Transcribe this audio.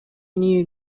new